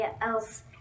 else